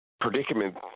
predicament